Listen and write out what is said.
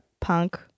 punk